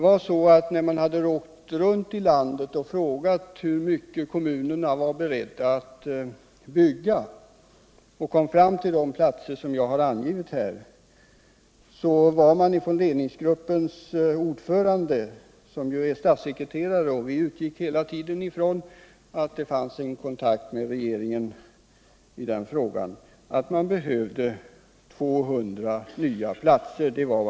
Man frågade kommunerna hur mycket de var beredda att bygga och kom fram till det antal som jag här har angivit. Ledningsgruppens ordförande, som ju är statssekreterare — vi utgick hela tiden från att det fanns en kontakt med regeringen — förklarade att man behövde 200 nya platser.